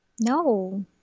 No